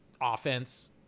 Offense